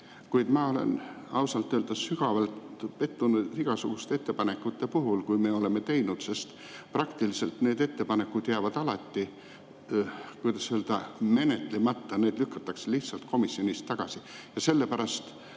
Kuid ma olen ausalt öeldes sügavalt pettunud igasuguste ettepanekute puhul, kui me oleme neid teinud, sest praktiliselt need ettepanekud jäävad alati, kuidas öelda, menetlemata, need lükatakse lihtsalt komisjonis tagasi. Ja sellepärast,